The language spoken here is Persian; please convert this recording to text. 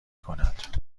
کند